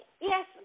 Yes